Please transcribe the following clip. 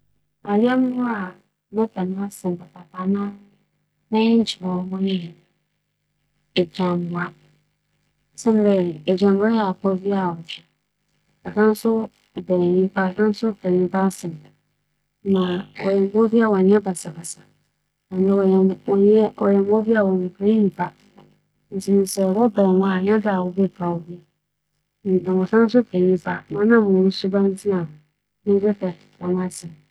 Ayɛmbowa a m'enyi gye ho papaapa nye bͻdͻm. Siantsir nye dɛ, sɛ yɛkɛda ewimbir a dza bͻdͻm biara yɛ nye dɛ ͻwen no wura ne fie ma no. Sɛ obi na obotwa mu a, opuow ma ewuranom hu dɛ obi aba fie hͻ. Sɛ abowa bi so na ͻbɛyɛ dɛ ͻrebɛsɛɛ adze a, dɛm mbowa yi puow hͻn ma wͻdze suro guan.